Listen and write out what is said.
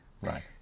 Right